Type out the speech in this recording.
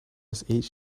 this